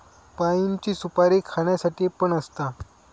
पाइनची सुपारी खाण्यासाठी पण असता